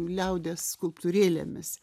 liaudies skulptūrėlėmis